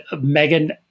Megan